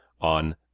on